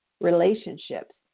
relationships